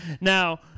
Now